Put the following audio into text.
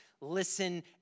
listen